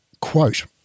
quote